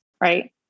right